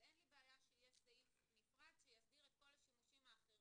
אז אין לי בעיה שיהיה סעיף נפרד שיסדיר את כל השימושים האחרים